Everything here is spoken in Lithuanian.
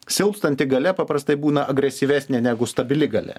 silpstanti galia paprastai būna agresyvesnė negu stabili galia